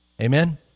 Amen